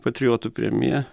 patriotų premija